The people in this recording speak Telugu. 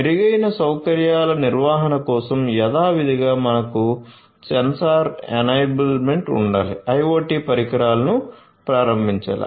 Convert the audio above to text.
మెరుగైన సౌకర్యాల నిర్వహణ కోసం యథావిధిగా మనకు సెన్సార్ ఎనేబుల్మెంట్ ఉండాలి IoT పరికరాలను ప్రారంభించాలి